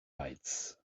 lights